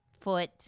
foot